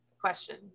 question